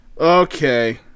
Okay